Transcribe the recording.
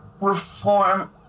reform